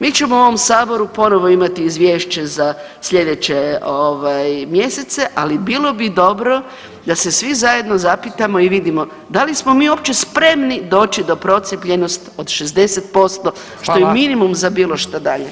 Mi ćemo u ovom Saboru ponovo imati Izvješće za sljedeće ovaj mjesece, ali bilo bi dobro da se svi zajedno zapitamo i vidimo, da li smo mi uopće spremni doći do procijepljenosti od 60%, što je minimum za bilo šta dalje.